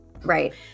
Right